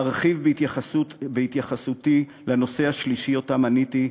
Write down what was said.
ארחיב בהתייחסותי לנושא השלישי שמניתי,